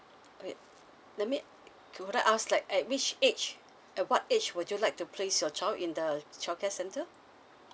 let~ let me got to ask like at which age uh what age would you like to place your child in the childcare centre